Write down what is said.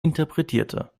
interpretierte